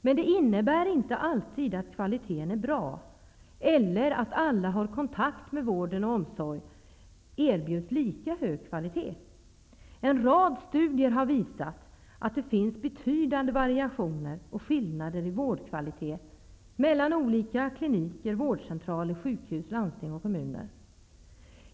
Men det innebär inte att kvaliteten alltid är bra eller att alla som har kontakt med vården och omsorgen erbjuds lika hög kvalitet. En rad studier har visat att det finns betydande variationer och skillnader i vårdkvalitet mellan olika kliniker, vårdcentraler, sjukhus, landsting och kommuner.